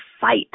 fight